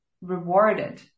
rewarded